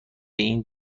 این